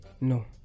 no